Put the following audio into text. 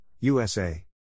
USA